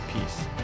peace